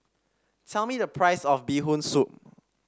tell me the price of Bee Hoon Soup